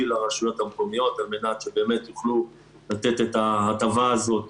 לרשויות המקומיות על מנת שבאמת יוכלו לתת את ההטבה הזאת